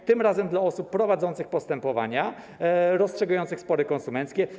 Dotyczy to osób prowadzących postępowania, rozstrzygających spory konsumenckie.